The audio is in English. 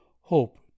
hope